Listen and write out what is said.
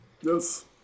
Yes